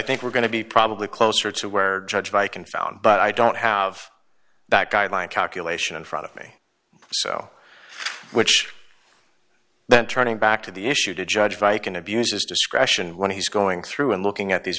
think we're going to be probably closer to where judge by confound but i don't have that guideline calculation in front of me so which then turning back to the issue to judge by can abuse his discretion when he's going through and looking at these